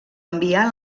enviar